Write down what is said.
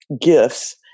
gifts